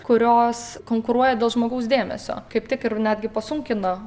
kurios konkuruoja dėl žmogaus dėmesio kaip tik ir netgi pasunkina